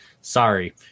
sorry